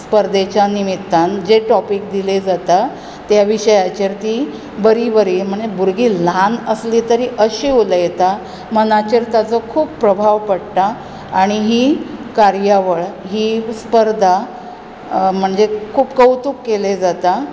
स्पर्धेच्या निमितान जे टॉपीक दिले जाता त्या विशयाचेर ती बरी बरी म्हण भुरगीं ल्हान आसली तरी अशी उलयता मनाचेर ताजो खूब प्रभाव पडटा आणी ही कार्यावळ ही स्पर्धा म्हणजे खूब कवतूक केले जाता